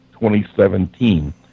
2017